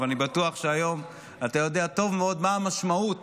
אבל אני בטוח שהיום אתה יודע טוב מאוד מה המשמעות